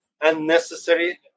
unnecessary